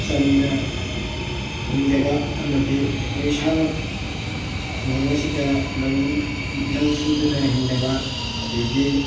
ꯆꯝꯅ ꯍꯤꯡꯖꯕ ꯑꯃꯗꯤ ꯑꯩꯈꯣꯏ ꯏꯁꯥꯃꯛ ꯈꯨꯡꯒꯪ ꯑꯁꯤꯗ ꯂꯧꯎ ꯂꯧ ꯁꯨꯗꯨꯅ ꯍꯤꯡꯖꯕ ꯑꯗꯒꯤ